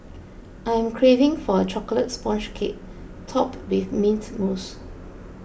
I am craving for a Chocolate Sponge Cake Topped with Mint Mousse